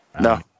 No